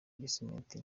gisimenti